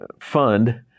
fund